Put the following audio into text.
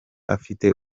afite